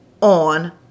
on